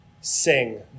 sing